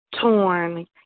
torn